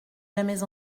jamais